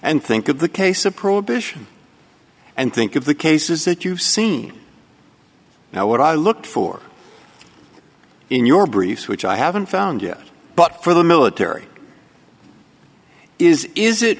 and think of the case of prohibition and think of the cases that you've seen now what i look for in your briefs which i haven't found yet but for the military is is it